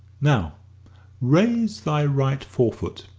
now raise thy right forefoot,